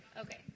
Okay